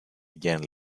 again